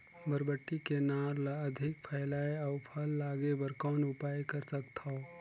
बरबट्टी के नार ल अधिक फैलाय अउ फल लागे बर कौन उपाय कर सकथव?